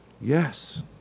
Yes